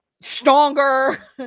stronger